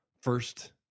first